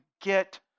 get